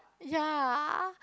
ya